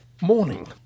Morning